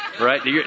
right